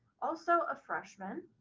also a freshman.